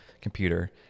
computer